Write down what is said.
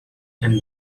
and